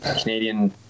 canadian